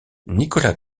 nicola